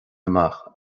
amach